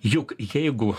juk jeigu